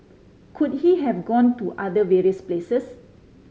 could he have gone to other various places